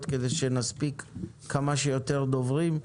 כדי שנספיק לשמוע כמה שיותר דוברים.